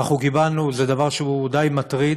אנחנו קיבלנו, זה דבר שהוא די מטריד,